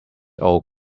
old